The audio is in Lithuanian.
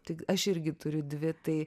tik aš irgi turiu dvi tai